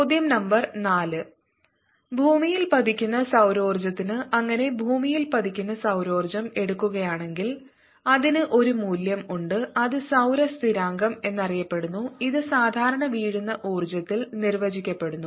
ചോദ്യo number 4 ഭൂമിയിൽ പതിക്കുന്ന സൌരോർജ്ജത്തിന് അങ്ങനെ ഭൂമിയിൽ പതിക്കുന്ന സൌരോർജ്ജം എടുക്കുകയാണെങ്കിൽ അതിന് ഒരു മൂല്യം ഉണ്ട് അത് സൌര സ്ഥിരാങ്കം എന്നറിയപ്പെടുന്നു ഇത് സാധാരണ വീഴുന്ന ഊർജ്ജത്തിൽ നിർവചിക്കപ്പെടുന്നു